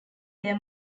their